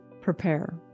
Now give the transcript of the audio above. prepare